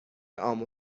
عام